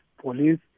police